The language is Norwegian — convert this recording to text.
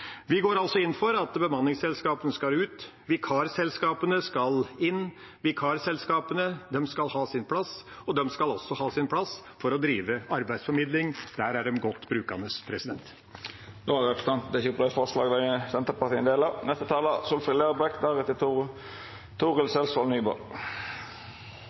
Vi går altså inn for at bemanningsselskapene skal ut. Vikarselskapene skal inn. Vikarselskapene skal ha sin plass, og de skal også ha sin plass for å drive arbeidsformidling. Der er de godt brukandes. Representanten Per Olaf Lundteigen har